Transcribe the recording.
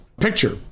picture